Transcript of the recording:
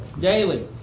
daily